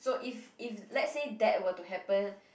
so if if let's say that were to happen